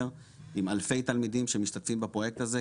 עם אלפי תלמידים שמשתתפים בפרויקט הזה,